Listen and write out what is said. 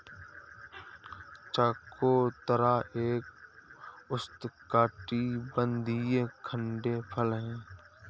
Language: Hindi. चकोतरा एक उष्णकटिबंधीय खट्टे फल है